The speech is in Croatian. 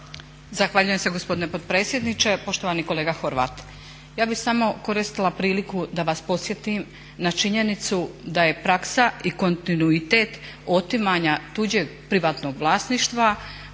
Zahvaljujem se gospodine potpredsjedniče. Poštovani kolega Horvat, ja bi samo koristila priliku da vas podsjetim na činjenicu da je praksa i kontinuitet otimanja tuđeg privatnog vlasništva